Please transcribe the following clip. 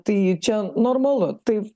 tai čia normalu tai